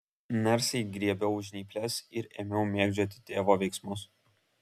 narsiai griebiau žnyples ir ėmiau mėgdžioti tėvo veiksmus